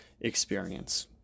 experience